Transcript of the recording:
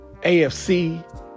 AFC